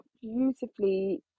beautifully